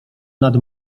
nad